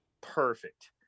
perfect